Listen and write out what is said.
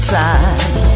time